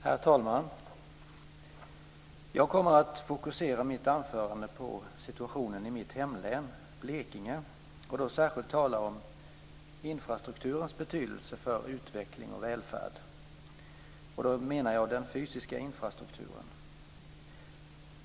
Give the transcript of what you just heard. Herr talman! Jag kommer att fokusera mitt anförande på situationen i mitt hemlän Blekinge och då särskilt tala om infrastrukturens betydelse för utveckling och välfärd. Då menar jag den fysiska infrastrukturen.